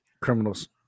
criminals